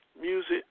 music